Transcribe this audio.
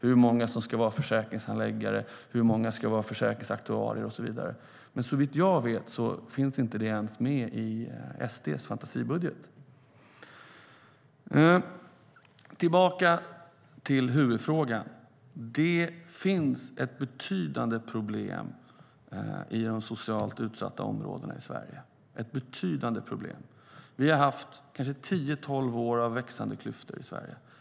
Hur många ska vara försäkringshandläggare, hur många ska vara försäkringsaktuarier och så vidare? Men såvitt jag vet finns det inte ens med i SD:s fantasibudget. När det gäller huvudfrågan finns det ett betydande problem i de socialt utsatta områdena i Sverige. Vi har haft kanske tio tolv år av växande klyftor i Sverige.